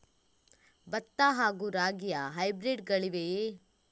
ಭತ್ತ ಹಾಗೂ ರಾಗಿಯ ಹೈಬ್ರಿಡ್ ಗಳಿವೆಯೇ?